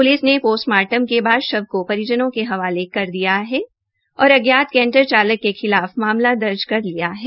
police ने postmortem के बाद शव को परिजनों के हवाले कर दिया हे और अज्ञात चालक के खिलाफ मामला दर्ज कर लिया है